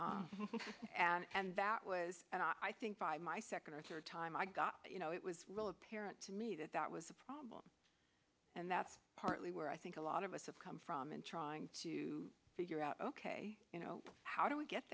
know and that was and i think by my second or third time i got you know it was real apparent to me that that was a problem and that's partly where i think a lot of us have come from and trying to figure out ok you know how do we get